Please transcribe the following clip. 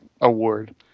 award